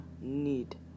need